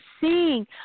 seeing